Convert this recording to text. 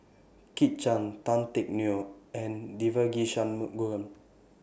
Kit Chan Tan Teck Neo and Devagi Sanmugam